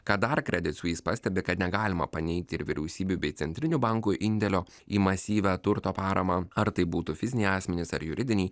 ką dar kredisuis pastebi kad negalima paneigti ir vyriausybių bei centrinių bankų indėlio į masyvią turto paramą ar tai būtų fiziniai asmenys ar juridiniai